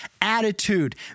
attitude